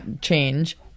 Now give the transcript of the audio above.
change